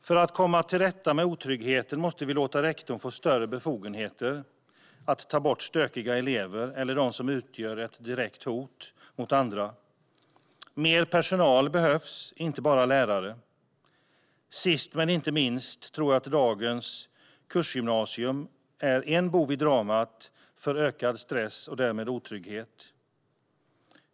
För att komma till rätta med otryggheten måste vi låta rektorn få större befogenheter att ta bort stökiga elever eller dem som utgör ett direkt hot mot andra. Mer personal behövs, inte bara lärare. Sist, men inte minst, tror jag att dagens kursgymnasium är en bov i dramat för ökad stress och därmed otrygghet.